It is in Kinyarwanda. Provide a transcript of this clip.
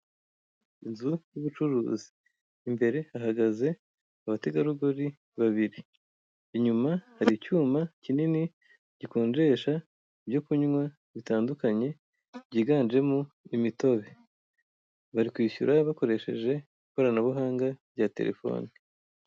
Inzu y'ubucuruzi, imbere hahagaze abategarugori babiri. Inyuma hari icyuma kinini gikonjesha ibyo kunywa bitandukanye, byiganjemo imitobe bari kwishyura bakoresheje ikoranabuhanga rya telefone.